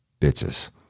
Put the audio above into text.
bitches